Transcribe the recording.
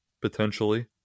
potentially